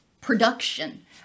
production